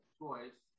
choice